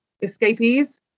escapees